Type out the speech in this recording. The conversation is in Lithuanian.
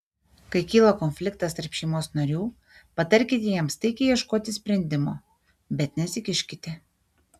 kai kyla konfliktas tarp šeimos narių patarkite jiems taikiai ieškoti sprendimo bet nesikiškite